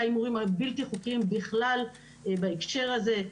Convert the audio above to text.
ההימורים הבלתי חוקיים בכלל בהקשר הזה.